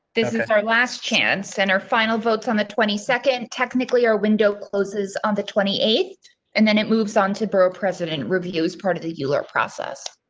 this is our last chance and our final votes on the twenty second technically, or window closes on the twenty eight and then it moves onto borough president review as part of the dealer process.